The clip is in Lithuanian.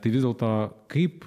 tai vis dėlto kaip